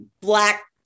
black